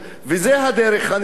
זו הדרך הנכונה,